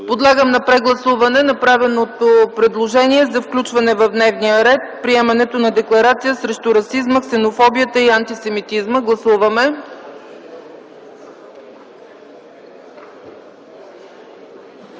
Подлагам на прегласуване направеното предложение за включване в дневния ред – приемането на декларация срещу расизма, ксенофобията и антисемитизма. Гласували